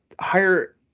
higher